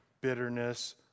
Bitterness